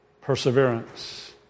perseverance